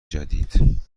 جدید